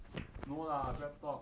no lah breadtalk